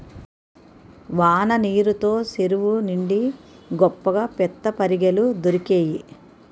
వాన నీరు తో సెరువు నిండి గొప్పగా పిత్తపరిగెలు దొరికేయి